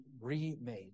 remade